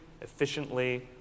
efficiently